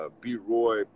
B-Roy